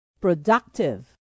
Productive